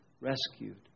rescued